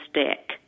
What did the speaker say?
stick